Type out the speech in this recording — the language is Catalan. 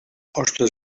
hostes